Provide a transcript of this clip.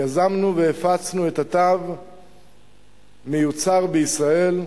יזמנו והפצנו את התו "מיוצר בישראל",